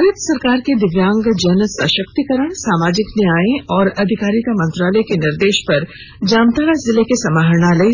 भारत सरकार के दिव्यांग जन सशक्तिकरण सामाजिक न्याय और अधिकारिता मंत्रालय के निर्देश पर जामताड़ा जिले के समाहरणालय